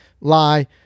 lie